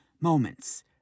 moments